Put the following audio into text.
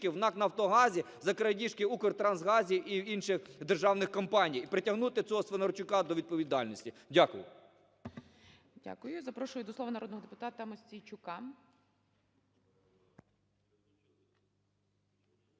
в НАК "Нафтогазі", за крадіжки в "Укртрансгазі" і інших державних компаній і притягнути цього Свинарчука до відповідальності. Дякую. ГОЛОВУЮЧИЙ. Дякую. Запрошую до слова народного депутатаМосійчука.